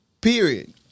period